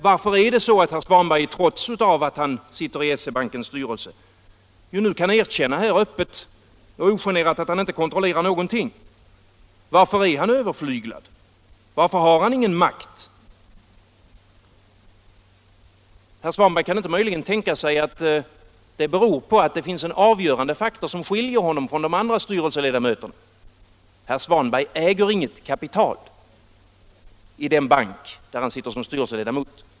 Varför är det så, som herr Svanberg nu öppet och ogenerat erkänner, att han trots att han sitter i SE-bankens styrelse inte kontrollerar någonting? Varför är han överflyglad? Varför har han ingen makt? Herr Svanberg kan möjligen inte tänka sig att det beror på att det finns en avgörande faktor som skiljer honom från de övriga ledamöterna — herr Svanberg äger inget kapital i den bank där han sitter som styrelseledamot.